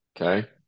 Okay